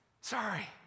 Sorry